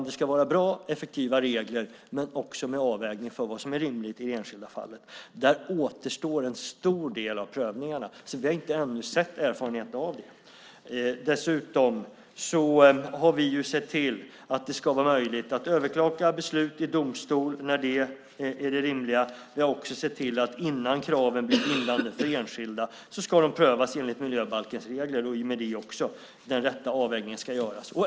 Det ska vara bra och effektiva regler men också med avvägning för vad som är rimligt i det enskilda fallet. Där återstår en stor del av prövningarna. Vi har inte ännu sett erfarenheterna av det. Dessutom har vi sett till att det ska vara möjligt att överklaga beslut i domstol när det är det rimliga. Vi har också sett till att innan kraven blir bindande för enskilda ska de prövas enligt miljöbalkens regler. I och med det ska den rätta avvägningen göras.